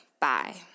bye